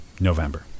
November